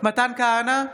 מתן כהנא,